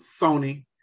Sony